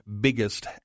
biggest